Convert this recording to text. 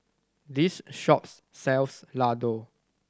this shops sells Ladoo